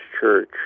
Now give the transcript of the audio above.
Church